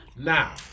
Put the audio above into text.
Now